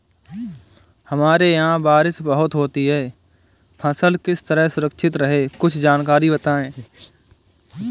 हमारे यहाँ बारिश बहुत होती है फसल किस तरह सुरक्षित रहे कुछ जानकारी बताएं?